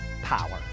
power